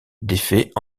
défait